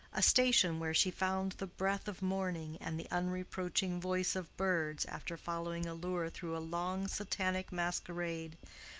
a station where she found the breath of morning and the unreproaching voice of birds after following a lure through a long satanic masquerade,